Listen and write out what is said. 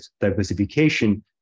diversification